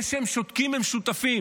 בזה שהם שותקים הם שותפים.